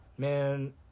Man